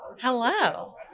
Hello